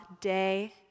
day